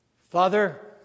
Father